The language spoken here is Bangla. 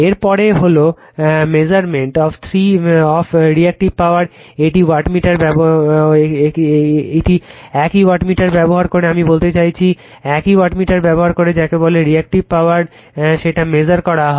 এর পরে হলো মেজারমেন্ট অফ রিএক্টিভ পাওয়ার একই ওয়াটমিটার ব্যবহার করে আমি বলতে চাইছি একই ওয়াটমিটার ব্যবহার করে যাকে বলে রিএক্টিভ পাওয়ার সেটা মেজার করা হয়